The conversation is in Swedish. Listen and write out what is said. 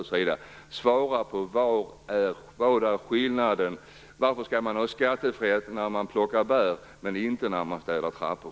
Svara på varför man skall ha skattefrihet när man plockar bär men inte när man städar trappor!